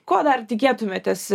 ko dar tikėtumėtės